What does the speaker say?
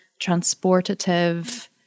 transportative